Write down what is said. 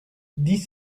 dix